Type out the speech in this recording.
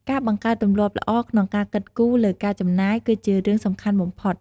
ការបង្កើតទម្លាប់ល្អក្នុងការគិតគូរលើការចំណាយ គឺជារឿងសំខាន់បំផុត។